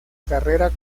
carrera